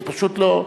היא פשוט לא,